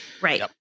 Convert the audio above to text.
right